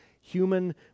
human